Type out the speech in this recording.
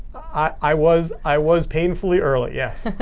i was i was painfully early, yes.